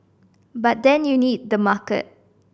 but then you need the market